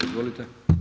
Izvolite.